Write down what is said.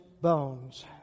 bones